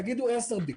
תגידו עשר בדיקות.